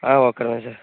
ఒక్క నిమిషం